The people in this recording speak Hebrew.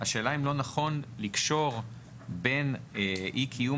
השאלה אם לא נכון לקשור בין אי קיום